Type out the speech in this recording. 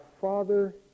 father